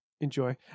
Enjoy